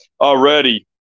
already